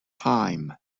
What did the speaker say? time